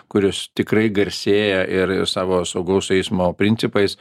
kurios tikrai garsėja ir savo saugaus eismo principais